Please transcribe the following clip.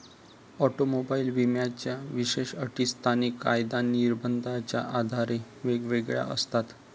automobile विम्याच्या विशेष अटी स्थानिक कायदा निर्बंधाच्या आधारे वेगवेगळ्या असतात